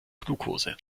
glukose